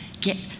get